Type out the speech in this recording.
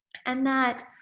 and that,